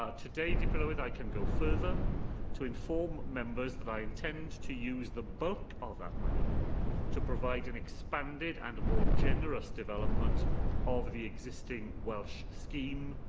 ah today, dirprwy lywydd, i can go further to inform members that i intend to use the bulk of that money to provide an expanded and more generous development of the existing welsh scheme,